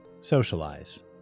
socialize